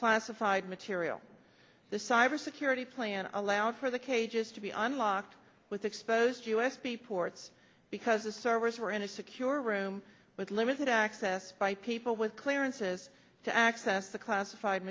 classified material the cyber security plan allowed for the cages to be unlocked with exposed u s b ports because the servers were in a secure room with limited access by people with clearances to access the classified